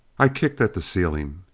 i kicked at the ceiling.